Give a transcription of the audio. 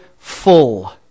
Full